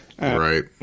Right